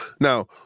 Now